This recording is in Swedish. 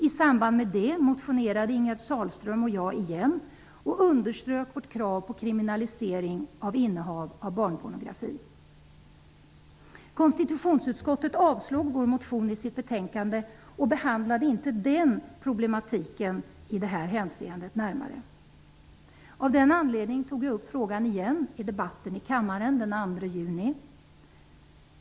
I samband med det motionerade Ingegerd Sahlström och jag igen och underströk vårt krav på kriminalisering av innehav av barnpornografi. Konstitutionsutskottet avstyrkte vår motion i sitt betänkande och behandlade inte problematiken i det här hänseendet närmare. Av den anledningen tog jag upp frågan igen i debatten i kammaren den 2 juni.